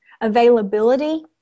availability